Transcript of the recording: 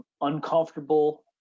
uncomfortable